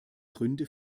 gründe